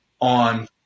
on